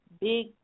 big